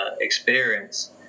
experience